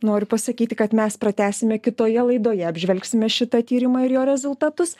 noriu pasakyti kad mes pratęsime kitoje laidoje apžvelgsime šitą tyrimą ir jo rezultatus